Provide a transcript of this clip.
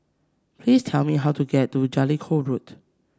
please tell me how to get to Jellicoe Road